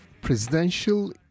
presidential